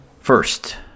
first